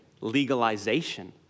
legalization